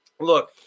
look